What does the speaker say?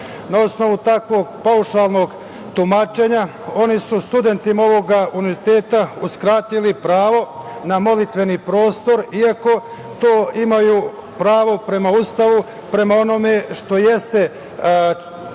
Na osnovu tako paušalnog tumačenja, oni su studentima ovog univerziteta uskratili pravo na molitveni prostor, iako to pravo imaju prema Ustavu, prema onome što jeste član 21.